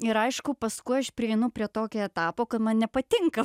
ir aišku paskui aš prieinu prie tokio etapo kad man nepatinka